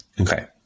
Okay